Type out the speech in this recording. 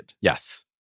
Yes